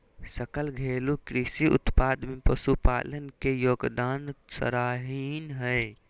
सकल घरेलू कृषि उत्पाद में पशुपालन के योगदान सराहनीय हइ